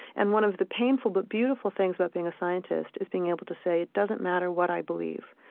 and one of the painful but beautiful things about being a scientist is being able to say, it doesn't matter what i believe.